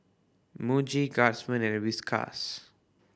Muji Guardsman and Whiskas